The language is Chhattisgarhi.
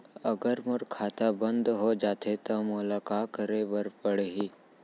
अगर मोर खाता बन्द हो जाथे त मोला का करे बार पड़हि?